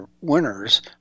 winners